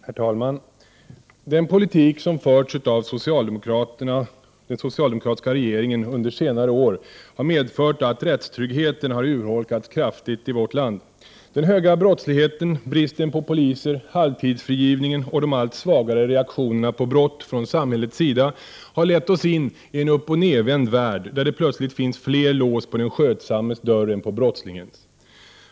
Herr talman! Den politik som förts av den socialdemokratiska regeringen under senare år har medfört att rättstryggheten har urholkats kraftigt i vårt land. Den höga brottsligheten, bristen på poliser, halvtidsfrigivningen och de allt svagare reaktionerna på brott från samhällets sida har lett oss in i en upp-och-nedvänd värld, där det finns fler lås på den skötsammes dörr än på brottslingens.